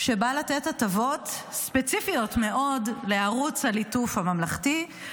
שבא לתת הטבות ספציפיות מאוד לערוץ הליטוף הממלכתי,